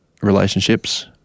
relationships